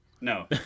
no